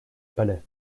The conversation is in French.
palais